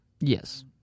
Yes